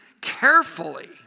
carefully